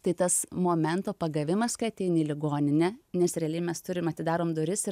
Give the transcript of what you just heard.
tai tas momento pagavimas kai ateini į ligoninę nes realiai mes turim atidarom duris ir